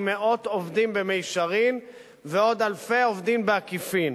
עם מאות עובדים במישרין ועוד אלפי עובדים בעקיפין.